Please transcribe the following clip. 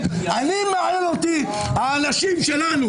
מעניין אותי האנשים שלנו.